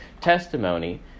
testimony